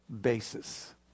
basis